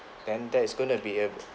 then that is gonna be a